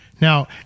Now